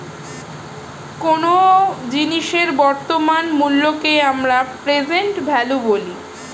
কোনো জিনিসের বর্তমান মূল্যকে আমরা প্রেসেন্ট ভ্যালু বলি